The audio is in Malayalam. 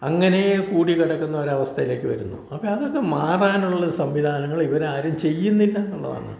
അങ്ങനെ കൂടി കിടക്കുന്ന ഒരവസ്ഥയിലേക്ക് വരുന്നു അപ്പം അതൊക്കെ മാറാനുള്ള സംവിധാനങ്ങൾ ഇവരാരും ചെയ്യുന്നില്ല എന്നുള്ളതാണ്